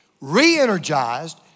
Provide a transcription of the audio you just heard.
re-energized